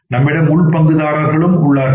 நம்மிடம் உள் பங்குதாரர்கள் உள்ளனர்